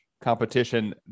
competition